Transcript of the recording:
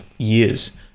years